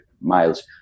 miles